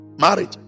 marriage